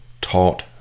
taught